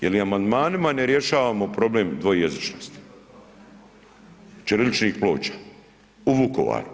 Jer amandmanima ne rješavamo problem dvojezičnosti, ćiriličnih ploča u Vukovaru.